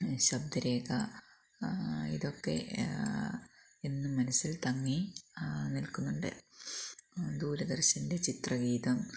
ശബ്ദരേഖ ഇതൊക്കെ എന്നും മനസ്സില് തങ്ങി നില്ക്കുന്നുണ്ട് ദൂരദര്ശനിലെ ചിത്രഗീതം